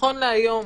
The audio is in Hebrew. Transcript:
נכון להיום,